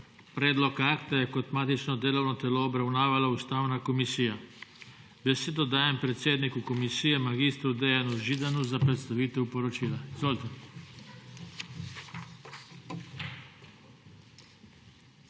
Predlog akta je kot matično delovno telo obravnavala Ustavna komisija. Besedo dajem predsedniku komisije mag. Dejanu Židanu za predstavitev poročila. Izvolite.